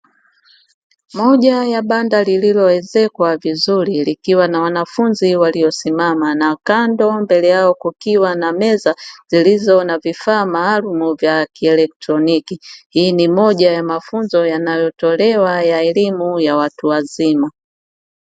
Moja ya banda lililoezekwa vizuri likiwa na wanafunzi waliosimama kando mbele yao kukiwa na meza zilizo na vifaa maalumu vya kieletroniki, hii ni moja ya mafunzo yanayotolewa ya elimu ya watu wazima.